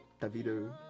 Davido